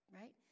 right